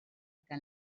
eta